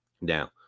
Now